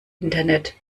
internet